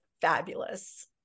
fabulous